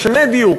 משני דיור,